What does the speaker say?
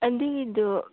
ꯑꯗꯨꯒꯤꯗꯨ